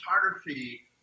photography